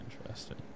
Interesting